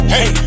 Hey